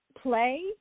play